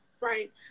Right